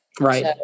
Right